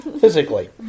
physically